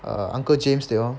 uncle james they all